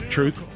Truth